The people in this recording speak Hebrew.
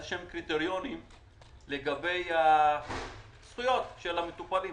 לקבוע קריטריונים לגבי הזכויות של המטופלים.